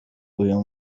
uyu